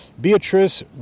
Beatrice